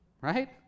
right